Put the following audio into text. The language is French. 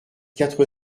quatre